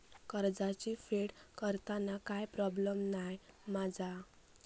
कर्जाची फेड करताना काय प्रोब्लेम नाय मा जा?